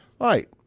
right